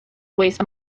waste